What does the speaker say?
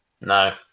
No